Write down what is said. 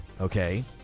okay